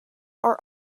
are